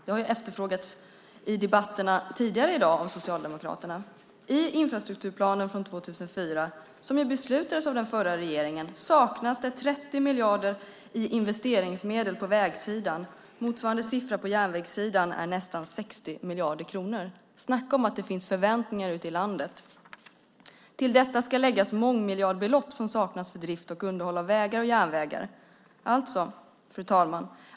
Det har ju efterfrågats av Socialdemokraterna i debatterna tidigare i dag. I infrastrukturplanen från 2004, som beslutades av den förra regeringen, saknas det 30 miljarder i investeringsmedel på vägsidan. Motsvarande siffran på järnvägssidan är nästan 60 miljarder kronor. Snacka om att det finns förväntningar ute i landet! Till detta ska läggas mångmiljardbelopp som saknas för drift och underhåll av vägar och järnvägar. Fru talman!